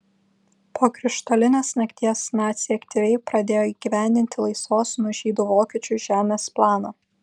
po krištolinės nakties naciai aktyviai pradėjo įgyvendinti laisvos nuo žydų vokiečių žemės planą